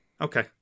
Okay